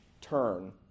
turn